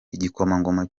igikomangoma